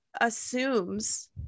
assumes